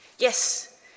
Yes